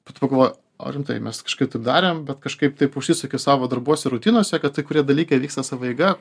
po to pagalvoju o rimtai mes kažkaip taip darėm bet kažkaip taip užsisuki savo darbuose rutinose kad kai kurie dalykai vyksta sava eiga